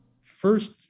First